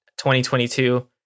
2022